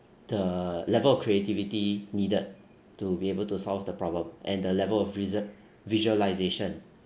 the level of creativity needed to be able to solve the problem and the level of reaso~ visualisation